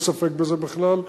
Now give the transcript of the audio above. אין ספק בזה בכלל,